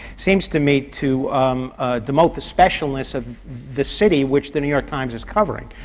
seems to me to demote the specialness of the city which the new york times is covering.